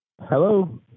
Hello